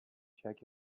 check